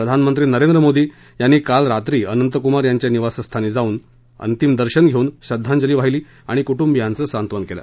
प्रधानमंत्री नरेंद्र मोदी यांनी काल रात्री अनंत कुमार यांच्या निवासस्थानी अंतिम दर्शन घेऊन श्रद्धांजली वाहिली आणि कुटुंबियांच सांत्वन केलं